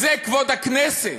זה כבוד הכנסת.